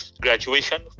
graduation